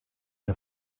der